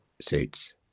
suits